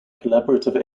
collaborative